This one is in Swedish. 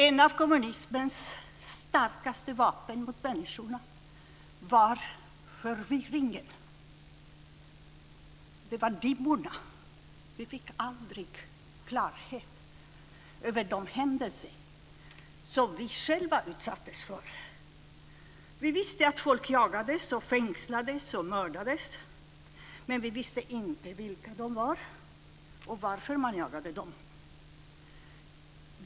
Ett av kommunismens starkaste vapen mot människorna var förvirringen, dimmorna. Vi fick aldrig klarhet över de händelser som vi själva utsattes för. Vi visste att folk jagades och fängslades och mördades, men vi visste inte vilka de var och varför man jagade dem.